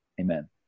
Amen